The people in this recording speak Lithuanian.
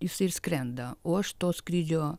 jisai ir skrenda o aš to skrydžio